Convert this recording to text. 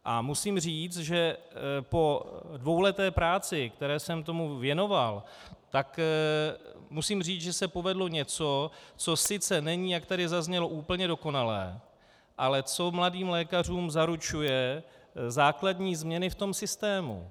A musím říct, že po dvouleté práci, kterou jsem tomu věnoval, musím říct, že se povedlo něco, co sice není, jak tady zaznělo, úplně dokonalé, ale co mladým lékařům zaručuje základní změny v systému.